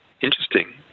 Interesting